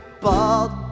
Bald